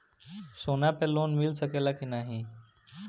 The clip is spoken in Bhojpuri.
सोना पे लोन मिल सकेला की नाहीं?